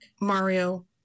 Mario